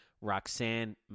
Roxanne